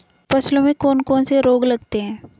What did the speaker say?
फसलों में कौन कौन से रोग लगते हैं?